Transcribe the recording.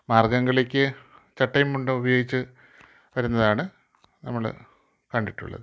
മാർഗ്ഗം കളിക്ക് ചട്ടേം മുണ്ടും ഉപയോഗിച്ച് വരുന്നതാണ് നമ്മൾ കണ്ടിട്ടുള്ളത്